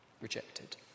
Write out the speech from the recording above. rejected